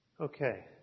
Okay